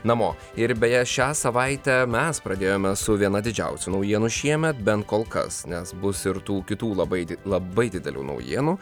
namo ir beje šią savaitę mes pradėjome su viena didžiausių naujienų šiemet bent kol kas nes bus ir tų kitų labai labai didelių naujienų